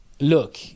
look